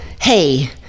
hey